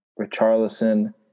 Richarlison